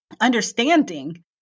understanding